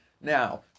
Now